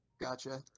Gotcha